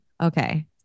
Okay